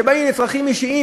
שבאים לצרכים אישיים,